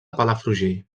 palafrugell